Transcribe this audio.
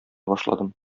башладым